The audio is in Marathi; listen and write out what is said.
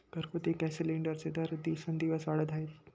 घरगुती गॅस सिलिंडरचे दर दिवसेंदिवस वाढत आहेत